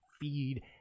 feed